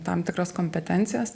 tam tikras kompetencijas